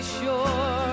sure